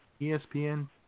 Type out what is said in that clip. ESPN